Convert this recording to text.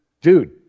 Dude